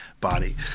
body